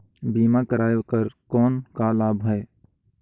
बीमा कराय कर कौन का लाभ है?